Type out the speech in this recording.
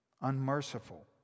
unmerciful